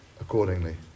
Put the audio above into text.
accordingly